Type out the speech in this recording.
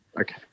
okay